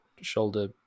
shoulder